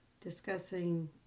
discussing